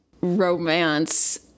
romance